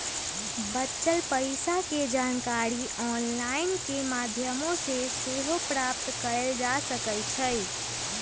बच्चल पइसा के जानकारी ऑनलाइन माध्यमों से सेहो प्राप्त कएल जा सकैछइ